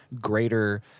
greater